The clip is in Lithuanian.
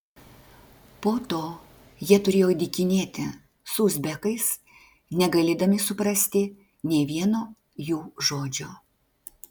po to jie turėjo dykinėti su uzbekais negalėdami suprasti nė vieno jų žodžio